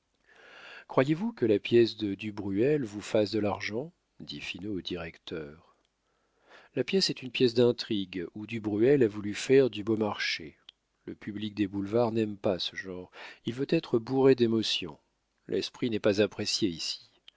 croyez-vous que la pièce de du bruel vous fasse de l'argent dit finot au directeur la pièce est une pièce d'intrigue où du bruel a voulu faire du beaumarchais le public des boulevards n'aime pas ce genre il veut être bourré d'émotions l'esprit n'est pas apprécié ici